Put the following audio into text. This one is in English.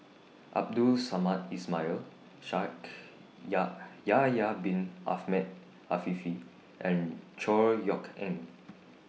Abdul Samad Ismail Shaikh Yahya Bin Afifi and Chor Yeok Eng